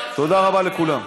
תודה רבה לכולם.